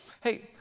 Hey